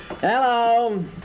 Hello